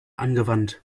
angewandt